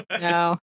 no